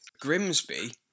Grimsby